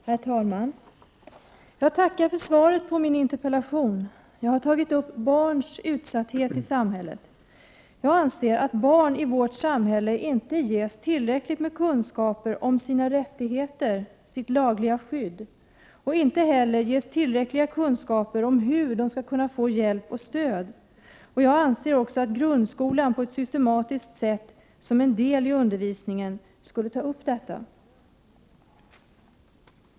Herr talman! Jag tackar för svaret på min interpellation. Jag har tagit upp barns utsatthet i samhället. Jag anser att barn i vårt samhälle inte ges tillräckligt med kunskaper om sina rättigheter, sitt lagliga skydd, och att de inte heller ges tillräckliga kunskaper om hur de skall kunna få hjälp och stöd. Jag anser också att grundskolan på ett systematiskt sätt, som en del av undervisningen, skulle ta upp detta.